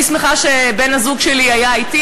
אני שמחה שבן-הזוג שלי היה אתי,